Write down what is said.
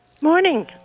Morning